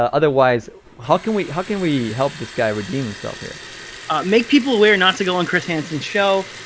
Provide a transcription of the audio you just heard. um otherwise, how can we how can we help this guy redeem himself here? n make people aware not to go on chris hansen's show,